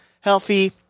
healthy